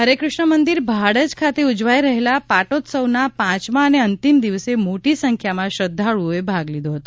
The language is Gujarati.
હરે ક્રષ્ણ મંદિર ભાડજ ખાતે ઉજવાઈ રહેલા પાટોત્સવના પાંચમા અને અંતિમ દિવસે મોટી સંખ્યામાં શ્રધ્ધાળુઓએ ભાગ લિધો હતો